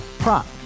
Prop